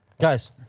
Guys